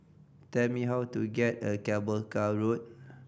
tell me how to get a Cable Car Road